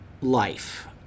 life